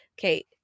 Okay